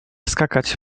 skakać